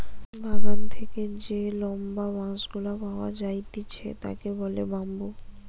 বাগান থেকে যে লম্বা বাঁশ গুলা পাওয়া যাইতেছে তাকে বলে বাম্বু